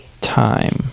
time